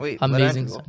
Amazing